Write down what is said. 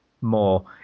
more